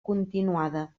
continuada